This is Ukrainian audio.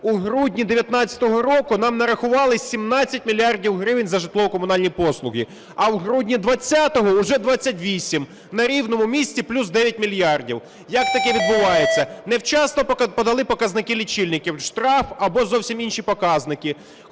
у грудні 19-го року нам нарахували 17 мільярдів гривень за житлово-комунальні послуги. А в грудні 20-го – вже 28, на рівному місці плюс 9 мільярдів. Як таке відбувається? Невчасно подали показники лічильників – штраф або зовсім інші показники.